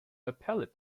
appellate